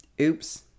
Oops